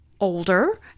older